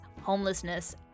homelessness